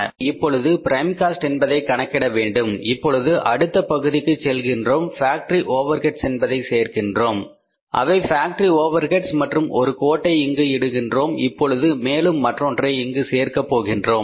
எனவே இப்பொழுது prime cost என்பதை கணக்கிட வேண்டும் இப்பொழுது அடுத்த பகுதிக்கு செல்கின்றோம் ஃபேக்டரி ஓவர் ஹெட்ஸ் என்பதை சேர்க்கின்றோம் அவை ஃபேக்டரி ஓவர் ஹெட்ஸ் மற்றும் ஒரு கோட்டை இங்கு இடுகின்றோம் இப்பொழுது மேலும் மற்றொன்றை இங்கு சேர்க்க போகின்றோம்